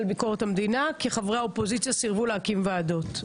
לביקורת המדינה כי חברי האופוזיציה סירבו להקים ועדות.